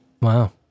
Wow